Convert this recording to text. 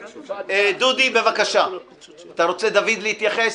דוד, אתה רוצה להתייחס?